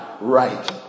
right